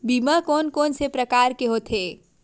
बीमा कोन कोन से प्रकार के होथे?